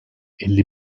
elli